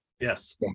yes